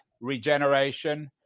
regeneration